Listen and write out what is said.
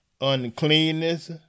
uncleanness